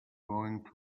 going